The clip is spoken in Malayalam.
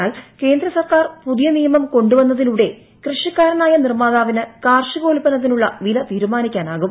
എന്നാൽ കേന്ദ്ര സർക്കാർ പുതിയ നിയമം കൊണ്ടുവന്നതിലൂടെ കൃഷിക്കാര നായ നിർമാതാവിന് കാർഷികോൽപ്പന്നത്തിനുള്ള വില തീരുമാനി ക്കാനാകും